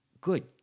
good